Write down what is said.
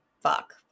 fuck